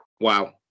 wow